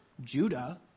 Judah